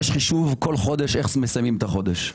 יש להם חישוב בכל חודש איך מסיימים את החודש.